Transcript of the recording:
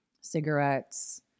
Cigarettes